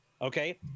okay